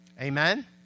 Amen